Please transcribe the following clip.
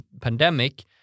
pandemic